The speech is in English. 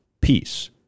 peace